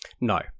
No